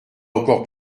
encore